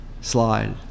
slide